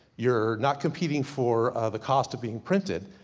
you're not competing for the cost of being printed.